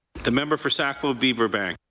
the member for sackville-beaver bank.